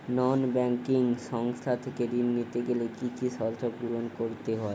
নন banking সংস্থা থেকে ঋণ নিতে গেলে কি কি শর্ত পূরণ করতে হয়?